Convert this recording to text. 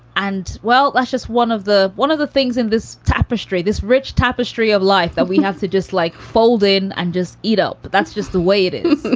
and. well, that's just one of the one of the things in this tapestry, this rich tapestry of life that we have to just like, fold in and just eat up. but that's just the way it is